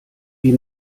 die